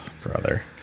Brother